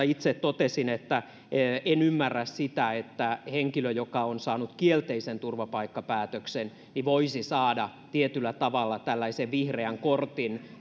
itse totesin että en ymmärrä sitä että henkilö joka on saanut kielteisen turvapaikkapäätöksen voisi saada tietyllä tavalla tällaisen vihreän kortin